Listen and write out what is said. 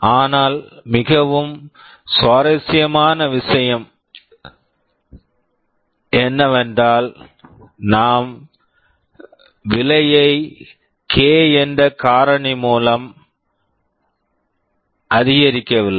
ஆனால் மிகவும் சுவாரஸ்யமான விஷயம் என்னவென்றால் நாம் விலையை K கே என்ற காரணி மூலம் அதிகரிக்கவில்லை